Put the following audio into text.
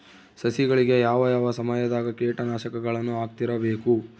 ಸಸಿಗಳಿಗೆ ಯಾವ ಯಾವ ಸಮಯದಾಗ ಕೇಟನಾಶಕಗಳನ್ನು ಹಾಕ್ತಿರಬೇಕು?